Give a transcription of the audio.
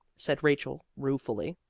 said rachel ruefully.